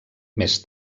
més